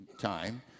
time